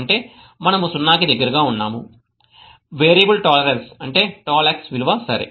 అంటే మనము 0 కి దగ్గరగా ఉన్నాము వేరియబుల్ టాలరెన్స్ అంటే tolx విలువ సరే